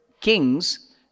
kings